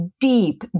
deep